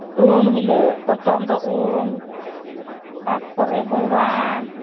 ᱩᱢ ᱦᱤᱞᱳᱜ ᱯᱚᱨᱛᱷᱚᱢ ᱫᱚ ᱩᱢ ᱛᱟᱨᱯᱚᱨᱮ ᱵᱚᱸᱜᱟ